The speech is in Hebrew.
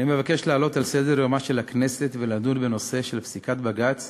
אני מבקש להעלות על סדר-יומה של הכנסת ולדון בנושא של פסיקת בג"ץ